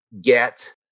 get